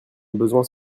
besoin